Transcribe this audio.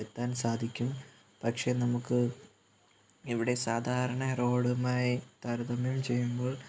എത്താൻ സാധിക്കും പക്ഷേ നമുക്ക് ഇവിടെ സാധാരണ റോഡുമായി താരതമ്യം ചെയ്യുമ്പോൾ